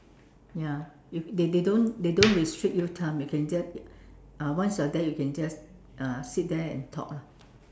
ya they they don't they don't restrict you time you can just uh once you are there you can just uh sit there and talk lah